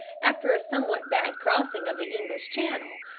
after a somewhat bad crossing of the english channel,